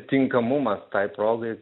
tinkamumas tai progai